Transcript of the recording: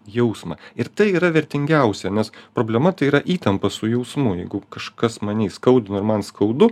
jausmą ir tai yra vertingiausia nes problema tai yra įtampa su jusmu jeigu kažkas mane įskaudino ir man skaudu